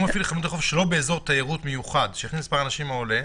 מפעיל חנות שלא באזור תיירות מיוחד שהכניס מספר אנשים העולה.